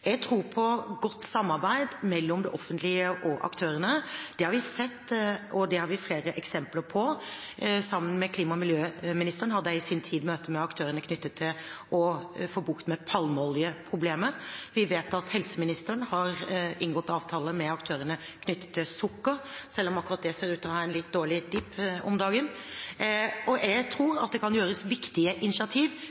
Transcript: Jeg tror på godt samarbeid mellom det offentlige og aktørene. Det har vi sett, og det har vi flere eksempler på. Sammen med klima- og miljøministeren hadde jeg i sin tid møte med aktørene knyttet til det å få bukt med palmeoljeproblemet. Vi vet at helseministeren har inngått avtale med aktørene knyttet til sukker – selv om akkurat det ser ut til ha en litt dårlig «dip» om dagen. Jeg tror